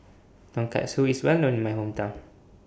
Tonkatsu IS Well known in My Hometown